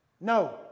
No